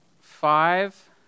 five